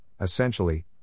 essentially